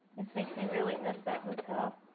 this makes me really miss that hotel.